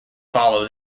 follow